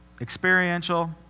experiential